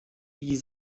wie